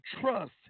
trust